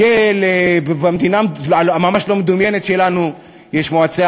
שבמדינה הממש-לא-מדומיינת שלנו: יש המועצה